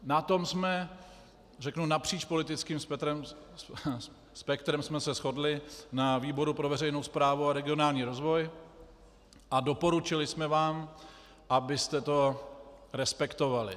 Na tom, řeknu napříč politickým spektrem, jsme se shodli na výboru pro veřejnou správu a regionální rozvoj a doporučili jsme vám, abyste to respektovali.